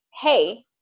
hey